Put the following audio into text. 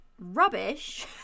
rubbish